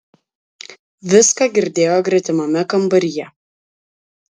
viską girdėjo gretimame kambaryje